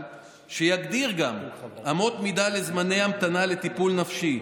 שיגדיר אמות מידה לזמני המתנה לטיפול נפשי.